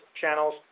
channels